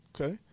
Okay